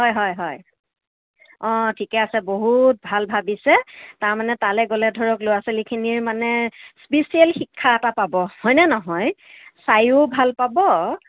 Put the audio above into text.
হয় হয় হয় অঁ ঠিকেই আছে বহুত ভাল ভাবিছে তাৰমানে তালে গ'লে ধৰক ল'ৰা ছোৱালীখিনিৰ মানে স্পিচিয়েল শিক্ষা এটা পাব হয়নে নহয় চায়ো ভাল পাব